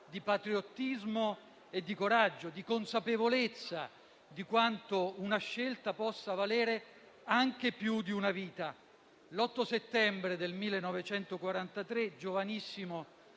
di patriottismo, di coraggio, di consapevolezza di quanto una scelta possa valere anche più di una vita. L'8 settembre 1943, giovanissimo